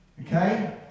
okay